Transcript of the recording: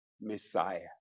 Messiah